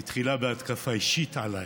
התחילה בהתקפה אישית עליי.